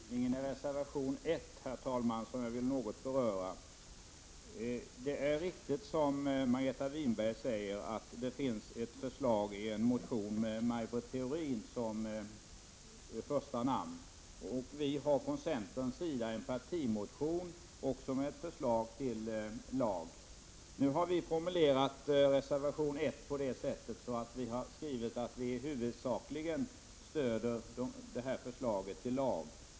Prot. 1989/90:26 Herr talman! Det gällde just skrivningen i reservation 1, som jag vill något 15 november 1989 beröra. Det är riktigt, som Margareta Winberg säger, att det finns ett förslag i en motion med Maj Britt Theorin som första namn. Vi har från centerns Rare mot WE sida väckt en partimotion, också med förslag till lag. Vi har formulerat reser =" TARRAr a vIGeo: gram m.m. vation 1 på det sättet att vi huvudsakligen stöder förslaget till lag.